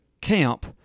camp